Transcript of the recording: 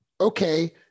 okay